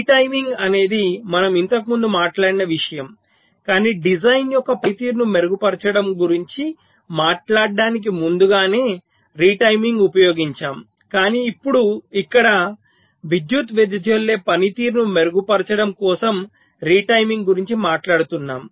retiming అనేది మనం ఇంతకుముందు మాట్లాడిన విషయం కానీ డిజైన్ యొక్క పనితీరును మెరుగుపరచడం గురుంచి మాట్లాడటానికి ముందుగానే రిటైమింగ్ ఉపయోగించాము కాని ఇప్పుడు ఇక్కడ విద్యుత్ వెదజల్లే పనితీరును మెరుగుపరచడం కోసం రిటైమింగ్ గురించి మాట్లాడుతున్నాము